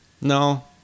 No